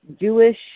Jewish